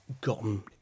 gotten